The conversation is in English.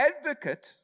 advocate